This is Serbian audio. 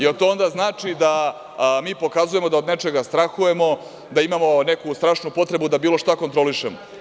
Da li to onda znači da mi pokazujemo da od nečega strahujemo, da imamo neku strašnu potrebu da bilo šta kontrolišemo?